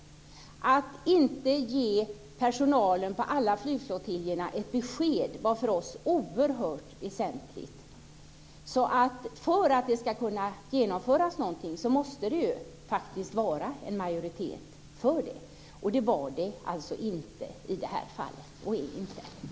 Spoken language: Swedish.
Att ge personalen på alla flygflottiljer ett besked var för oss oerhört väsentligt. För att det ska kunna genomföras någonting måste det faktiskt finnas en majoritet för det. Det var det alltså inte i det här fallet, och det är det inte nu heller.